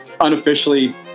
unofficially